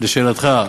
לשאלתך,